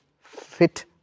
fit